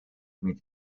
mit